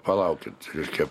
palaukit reiškia